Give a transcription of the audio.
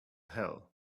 hill